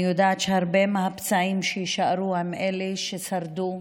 אני יודעת שהרבה מהפצעים שיישארו לאלה ששרדו,